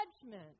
judgment